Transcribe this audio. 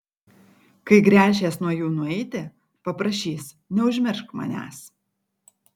kai gręšies nuo jų nueiti paprašys neužmiršk manęs